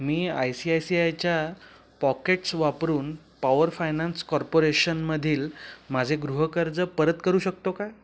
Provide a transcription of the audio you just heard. me I C I C आयच्या pockets वापरून power finance कॉर्पोरेशनमधील माझे गृहकर्ज परत करू शकतो का